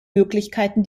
möglichkeiten